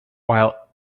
while